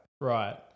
right